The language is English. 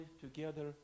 together